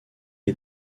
est